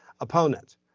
opponent